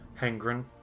Hengren